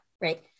right